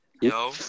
Yo